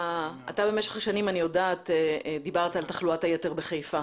אני יודעת שבמשך השנים דיברת על תחלואת היתר בחיפה